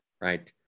right